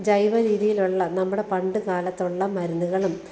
ജൈവരീതിയിലുള്ള നമ്മുടെ പണ്ട് കാലത്തുള്ള മരുന്നുകളും